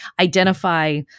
identify